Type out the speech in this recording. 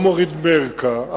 לא מוריד מערכה,